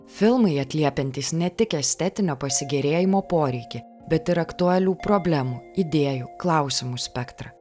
filmai atliepiantys ne tik estetinio pasigėrėjimo poreikį bet ir aktualių problemų idėjų klausimų spektrą